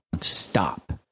Stop